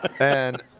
and